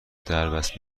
دربست